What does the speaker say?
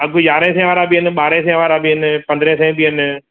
अघु यारहें सौ वारा बि आहिनि ॿारे सौ वारा बि आहिनि पंद्रहें बि आहिनि